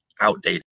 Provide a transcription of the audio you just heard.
outdated